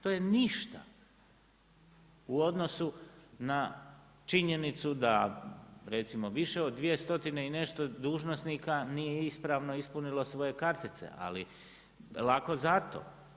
To je ništa u odnosu na činjenicu da recimo više od 2 stotine i nešto dužnosnika nije isprano ispunila svoje kartice, ali lako za to.